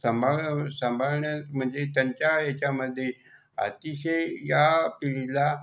सांभाळावं सांभाळण्यात म्हणजे त्यांच्या याच्यामध्ये अतिशय या पिढीला